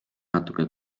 natuke